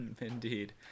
Indeed